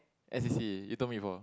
n_c_c you told me before